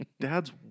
Dad's